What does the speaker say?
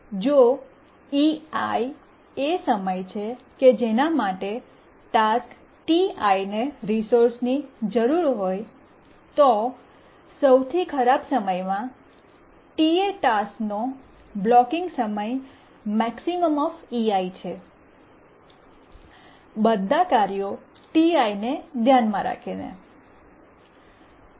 જો ei એ સમય છે કે જેના માટે ટાસ્ક Ti ને રિસોર્સની જરૂર હોય તો સૌથી ખરાબ સમયમાં Ta ટાસ્ક નો બ્લૉકિંગ સમયએ max છે બધા કાર્યો Ti ને ધ્યાનમાં રાખીને